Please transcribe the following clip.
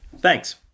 Thanks